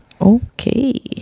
Okay